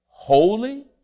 Holy